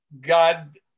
God